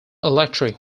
electric